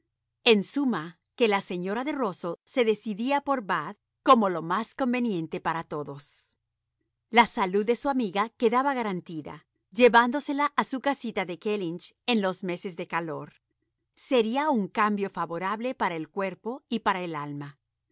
en suma que la señora de rusell se decidía por bath como lo más conveniente para todos la salud de su amiga quedaba garantida llevándosela a su casita de kellynch en los meses de calor sería un cambio favorable para el cuerpo y para el alma